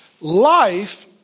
Life